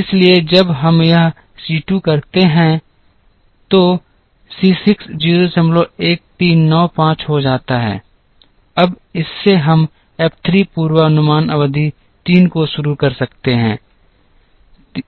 इसलिए जब हम यह C 2 करते हैं तो C 6 01395 हो जाता है अब इससे हम f 3 पूर्वानुमान अवधि 3 को शुरू कर सकते हैं 3